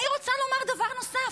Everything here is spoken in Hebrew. אני רוצה לומר דבר נוסף: